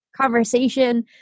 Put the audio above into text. conversation